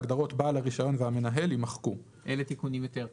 ההגדרות "בעל הרישיון" ו-"המנהל" - יימחקו." אלה תיקונים יותר טכניים.